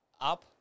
up